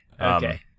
okay